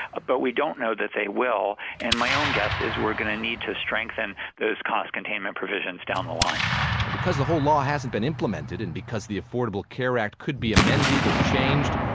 ah but we don't know that they will, and my own guess is we're going to need to strengthen those cost-containment provisions down the line and because the whole law hasn't been implemented, and because the affordable care act could be amended or changed,